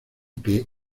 que